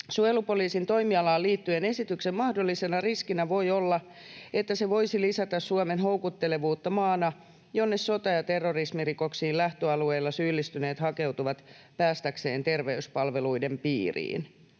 ”Suojelupoliisin toimialaan liittyen esityksen mahdollisena riskinä voi olla, että se voisi lisätä Suomen houkuttelevuutta maana, jonne sota- ja terrorismirikoksiin lähtöalueilla syyllistyneet hakeutuvat päästäkseen terveyspalveluiden piiriin.”